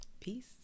peace